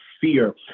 fear